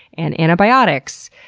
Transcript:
and antibiotics,